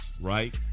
right